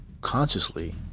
consciously